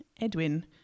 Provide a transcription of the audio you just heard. Edwin